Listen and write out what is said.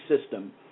system